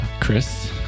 Chris